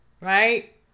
Right